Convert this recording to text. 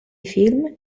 film